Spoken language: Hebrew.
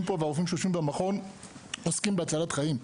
פה והרופאים שיושבים במכון עוסקים בהצלת חיים.